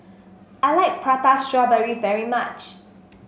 I like Prata Strawberry very much